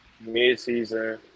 mid-season